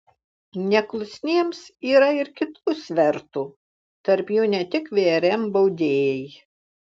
neklusniems yra ir kitų svertų tarp jų ne tik vrm baudėjai